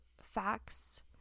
facts